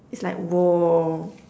it's like !woah!